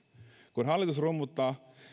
kun hallitus rummuttaa